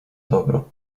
dobro